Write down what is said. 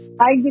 Hi